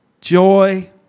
joy